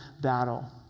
battle